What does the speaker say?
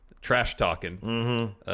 trash-talking